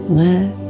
let